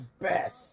best